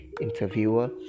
interviewer